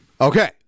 okay